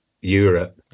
Europe